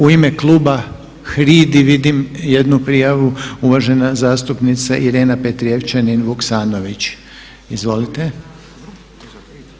U ime kluba HRID-i vidim jednu prijavu, uvažena zastupnica Irena Petrijevčanin Vuksanović, izvolite.